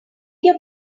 your